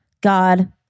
God